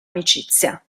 amicizia